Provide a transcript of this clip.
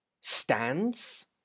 stands